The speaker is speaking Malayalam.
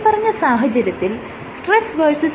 മേല്പറഞ്ഞ സാഹചര്യത്തിൽ സ്ട്രെസ് vs